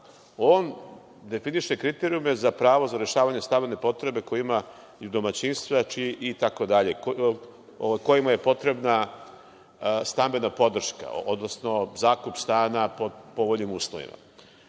on definiše kriterijume za pravo za rešavanje stambene potrebe koju imaju domaćinstva itd, kojima je potrebna stambena podrška, odnosno zakup stana po povoljnim uslovima. Samo